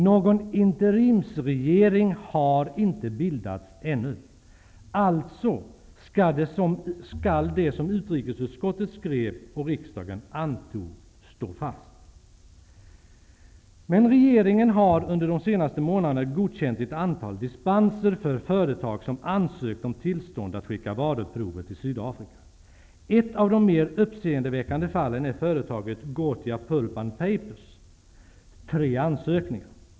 Någon interimsregering har inte bildats ännu. Det som utrikesutskottet föreslog och riksdagen antog skall alltså stå fast. Under de senaste månaderna har regeringen emellertid godkänt ett antal dispenser åt företag som ansökt om tillstånd att skicka varuprover till Sydafrika. Ett av de mer uppseendeväckande fallen är företaget Gothia Pulp and Papers -- tre ansökningar.